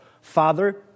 father